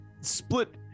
split